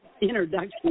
introduction